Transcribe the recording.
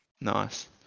Nice